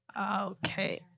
Okay